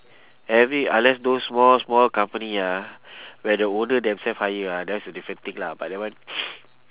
every unless those small small company ah where the owner themselves hire ah that one's a different thing lah but that one